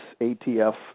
ATF